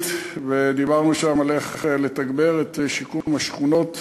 ודיברנו שם על איך לתגבר את שיקום השכונות,